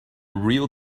real